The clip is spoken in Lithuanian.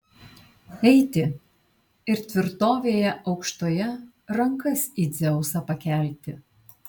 eiti ir tvirtovėje aukštoje rankas į dzeusą pakelti